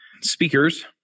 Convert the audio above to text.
speakers